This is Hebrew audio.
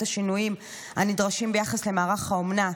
את השינויים הנדרשים ביחס למערך האומנה,